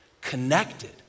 connected